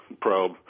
probe